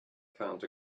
found